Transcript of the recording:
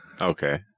Okay